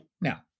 Now